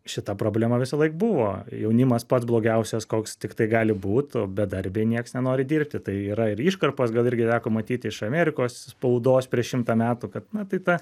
šita problema visąlaik buvo jaunimas pats blogiausias koks tik tai gali būt o bedarbiai nieks nenori dirbti tai yra ir iškarpos gal irgi teko matyti iš amerikos spaudos prieš šimtą metų kad na tai ta